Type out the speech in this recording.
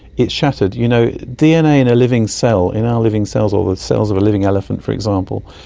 it's shattered. you know, dna in a living cell, in our living cells or the cells of a living elephant for example,